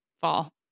fall